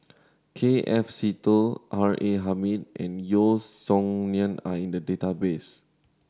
K F Seetoh R A Hamid and Yeo Song Nian are in the database